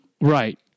Right